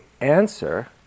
answer